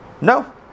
No